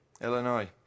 Illinois